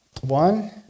One